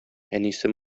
әнисе